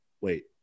wait